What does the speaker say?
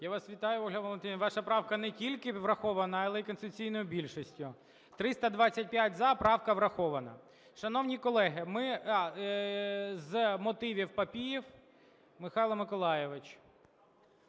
Я вас вітаю, Ольга Валентинівна, ваша правка не тільки врахована, але і конституційною більшістю. 325 – за. Правка врахована. Шановні колеги, ми... З мотивів – Папієв Михайло Миколайович.